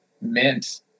mint